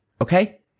Okay